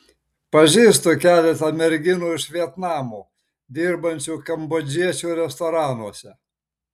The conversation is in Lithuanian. pažįstu keletą merginų iš vietnamo dirbančių kambodžiečių restoranuose